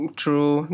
true